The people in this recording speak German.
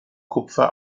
kupfer